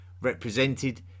represented